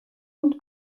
und